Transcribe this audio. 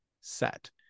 set